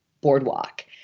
boardwalk